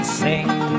sing